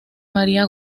maría